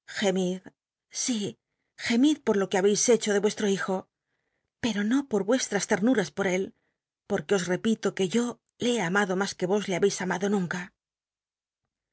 si gemid por lo que habcis hecho de vuestro hijo pero no por vuestras ternuras por él porque os repito que yo le he amado ma que vos le habcis amado nunca